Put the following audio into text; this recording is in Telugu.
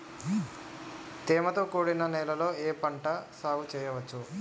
తేమతో కూడిన నేలలో ఏ పంట సాగు చేయచ్చు?